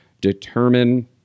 determine